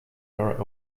her